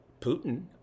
Putin